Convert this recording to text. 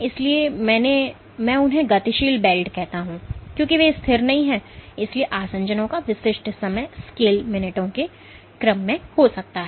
इसलिए मैं उन्हें गतिशील वेल्ड कहता हूं क्योंकि वे स्थिर नहीं हैं इसलिए आसंजनों का विशिष्ट समय स्केल मिनटों के क्रम में हो सकता है